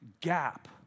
gap